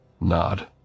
nod